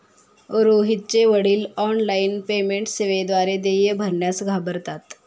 रोहितचे वडील online payment सेवेद्वारे देय भरण्यास घाबरतात